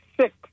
six